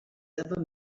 ever